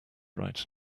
right